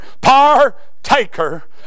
partaker